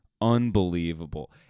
unbelievable